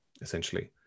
essentially